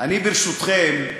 אני, ברשותכם,